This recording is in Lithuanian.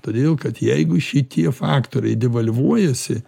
todėl kad jeigu šitie faktoriai devalvuojasi